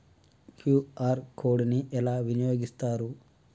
QR code ని ఎలా వినియోగిస్తారు?